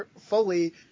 fully